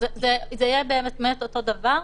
זה יהיה באמת אותו הדבר,